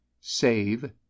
save